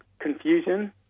Confusion